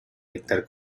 dictar